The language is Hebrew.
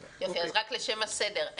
יופי, אז רק לשם הסדר,